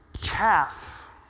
Chaff